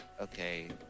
Okay